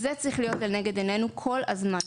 זה צריך להיות לנגד עינינו כל הזמן.